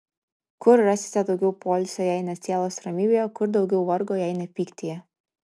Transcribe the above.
kur rasite daugiau poilsio jei ne sielos ramybėje kur daugiau vargo jei ne pyktyje